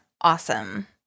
awesome